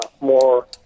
more